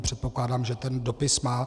Předpokládám, že ten dopis má.